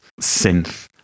synth